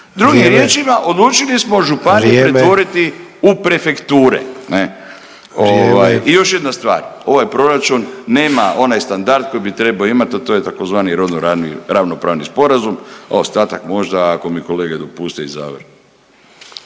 Drugim riječima odlučili smo županiju pretvoriti prefekture. …/Upadica Sanader: Vrijeme./… I još jedna stvar. Ovaj proračun nema onaj standard koji bi trebao imati, a to je to rodno ravnopravni sporazum. A ostatak možda ako mi kolege dopuste i završno.